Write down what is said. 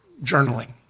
journaling